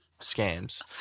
scams